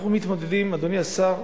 אנחנו מתמקדים, אדוני השר,